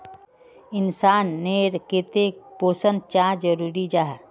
इंसान नेर केते पोषण चाँ जरूरी जाहा?